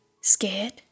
scared